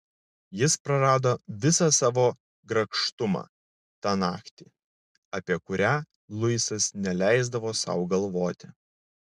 jis prarado visą savo grakštumą tą naktį apie kurią luisas neleisdavo sau galvoti